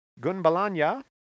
Gunbalanya